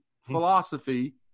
philosophy